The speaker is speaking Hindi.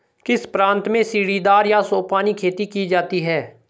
किस प्रांत में सीढ़ीदार या सोपानी खेती की जाती है?